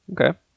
Okay